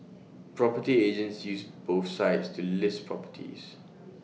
property agents use both sites to list properties